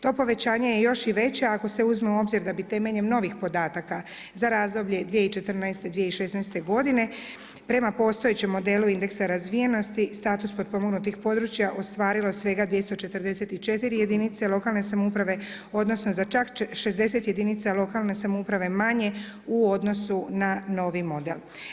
To povećanje je još i veće ako se uzme u obzir da bi temeljem novih podataka za razdoblje 2014.-2016. godine prema postojećem modelu indeksa razvijenosti status potpomognutog područja ostvarilo svega 244 jedinica lokalne samouprave odnosno za čak 60 jedinica lokalne samouprave manje u odnosu na novi model.